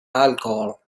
alcohol